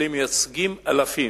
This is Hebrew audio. אלה מייצגים אלפים.